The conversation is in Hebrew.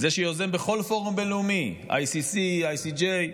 זה שיוזם בכל פורום בין-לאומי, ICC, ICJ,